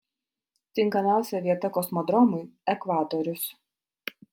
tinkamiausia vieta kosmodromui ekvatorius